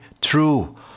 true